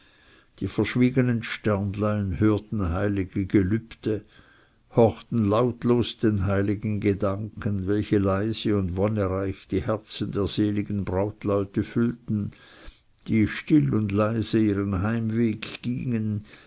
die verschwiegenen sternlein hörten heilige gelübde horchten lautlos den heiligen gedanken welche leise und wonnereich die herzen der seligen brautleute füllten die still und leise ihren heimweg gingen